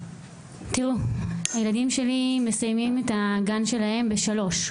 תראו, הילדים שלי מסיימים את הגן שלהם ב-15:00.